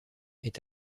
est